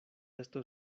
esto